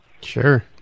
Sure